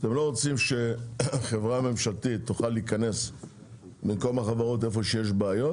אתם לא רוצים שחברה ממשלתית תוכל להיכנס במקום החברות איפה שיש בעיות?